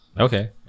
Okay